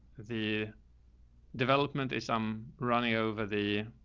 the development is, i'm running over the,